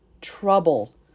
trouble